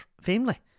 family